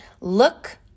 Look